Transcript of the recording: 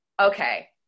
okay